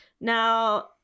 Now